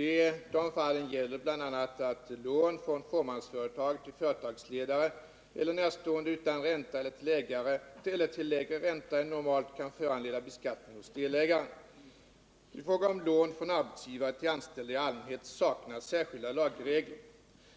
I dessa fall gäller bl.a. att lån från fåmansföretag till företagsledare eller närstående utan ränta eller till lägre ränta än normalt kan föranleda beskattning hos delägaren. I fråga om lån från arbetsgivare till anställda i allmänhet saknas särskilda lagregler.